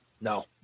No